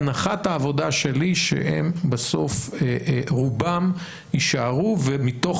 הנחת העבודה שלי שהם בסוף רובם יישארו ומתוך